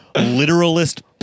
literalist